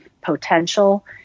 potential